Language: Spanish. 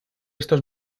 estos